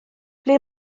ble